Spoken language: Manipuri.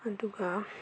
ꯑꯗꯨꯒ